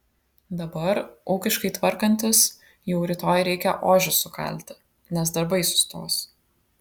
dabar ūkiškai tvarkantis jau rytoj reikia ožius sukalti nes darbai sustos